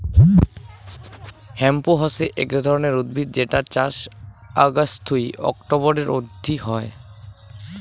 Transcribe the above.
hemp হসে এক ধরণের উদ্ভিদ যেটার চাষ অগাস্ট থুই অক্টোবরের অব্দি হই